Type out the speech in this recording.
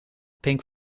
pink